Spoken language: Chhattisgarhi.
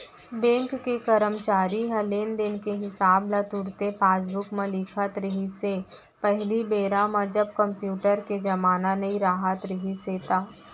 बेंक के करमचारी ह लेन देन के हिसाब ल तुरते पासबूक म लिखत रिहिस हे पहिली बेरा म जब कम्प्यूटर के जमाना नइ राहत रिहिस हे ता